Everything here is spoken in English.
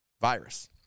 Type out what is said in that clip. virus